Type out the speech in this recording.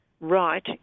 right